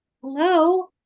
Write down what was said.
hello